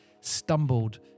stumbled